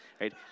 right